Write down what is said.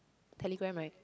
Telegram [right]